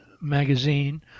Magazine